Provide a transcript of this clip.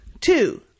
Two